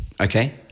Okay